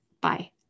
Bye